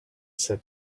said